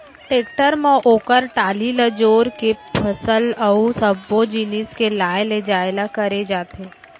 tractor म ओकर trolley ल जोर के फसल अउ सब्बो जिनिस के लाय लेजाय ल करे जाथे